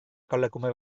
kalekume